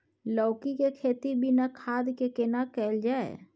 लौकी के खेती बिना खाद के केना कैल जाय?